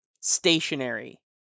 stationary